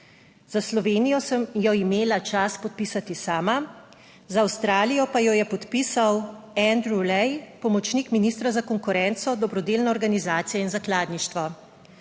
Za Slovenijo sem jo imela čast podpisati sama, za Avstralijo pa jo je podpisal Andrew Lay, pomočnik ministra za konkurenco, dobrodelne organizacije in zakladništvo.